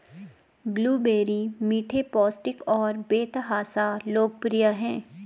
blueberry मीठे, पौष्टिक और बेतहाशा लोकप्रिय हैं